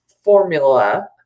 formula